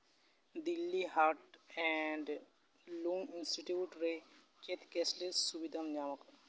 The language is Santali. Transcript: Delhi heart and lung institute ᱨᱮ ᱪᱮᱫ ᱠᱮᱥᱞᱮᱥ ᱥᱩᱵᱤᱫᱷᱟᱢ ᱧᱟᱢᱼᱟ